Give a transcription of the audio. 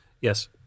Yes